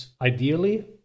ideally